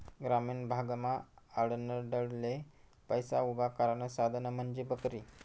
ग्रामीण भागमा आडनडले पैसा उभा करानं साधन म्हंजी बकरी